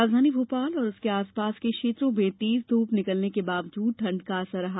राजधानी भोपाल और उसके आसपास के क्षेत्रों में तेज धूप निकालने के बावजूद ठंड का असर रहा